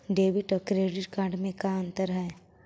Debit और credit card में का अंतर है?